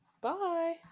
Bye